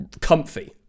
comfy